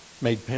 made